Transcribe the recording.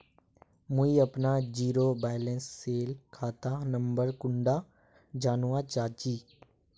मुई अपना zero balance सेल खाता नंबर कुंडा जानवा चाहची?